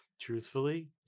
truthfully